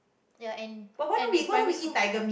ya and and in primary school